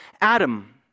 Adam